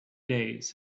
days